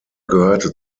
gehörte